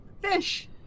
Fish